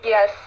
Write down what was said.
Yes